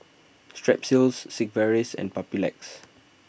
Strepsils Sigvaris and Papulex